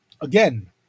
again